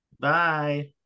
bye